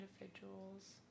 individuals